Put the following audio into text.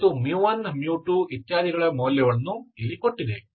ಮತ್ತು μ1 μ2 ಇತ್ಯಾದಿಗಳ ಮೌಲ್ಯಗಳನ್ನು ಇಲ್ಲಿ ಕೊಟ್ಟಿದೆ